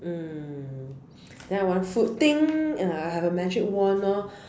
mm then I want food ding I have a magic wand loh